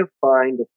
find